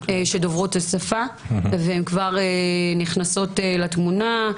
דוברות השפה והן כבר נכנסות לתמונה.